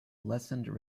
lessened